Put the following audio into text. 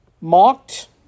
mocked